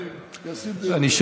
אני,